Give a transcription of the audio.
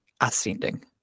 ascending